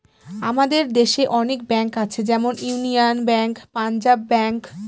আমাদের দেশে অনেক ব্যাঙ্ক আছে যেমন ইউনিয়ান ব্যাঙ্ক, পাঞ্জাব ব্যাঙ্ক